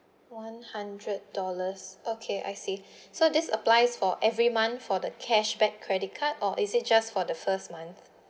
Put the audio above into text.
one hundred dollars okay I see so this applies for every month for the cashback credit card or is it just for the first month